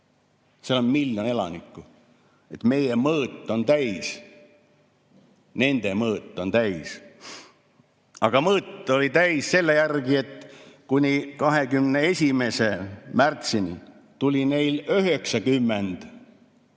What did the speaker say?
on miljon elanikku –, et meie mõõt on täis. Nende mõõt on täis! Aga mõõt oli täis selle järgi, et kuni 21. märtsini tuli nende